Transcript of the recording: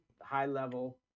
high-level